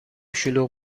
شلوغ